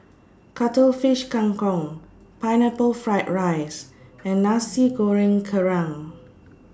Cuttlefish Kang Kong Pineapple Fried Rice and Nasi Goreng Kerang